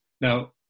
now